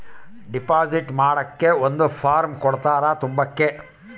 deposit ಮಾಡಕ್ಕೆ ಒಂದ್ form ಕೊಡ್ತಾರ ತುಂಬಕ್ಕೆ